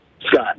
Scott